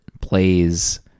plays